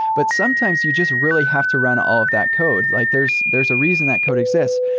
but sometimes you just really have to run all of that code. like there's there's a reason that code exists.